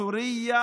מסרבת לנושא הזה,